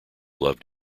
loved